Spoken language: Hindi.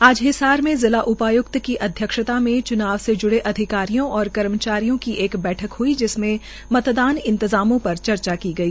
आज हिसार मे जिला उपाय्क्त की अध्यक्षता मे चुनाव से जुड़े अधिकारियों और कर्मचारियों की एक बैठक हई जिसमें मतदान इंतजामों पर चर्चा की गई